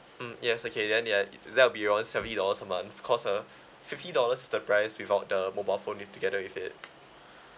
mm yes okay then ya that will be around seventy dollars a month cause uh fifty dollars is the price without the mobile phone it together with it